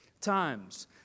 times